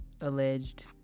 alleged